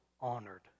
honored